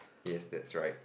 yes that's right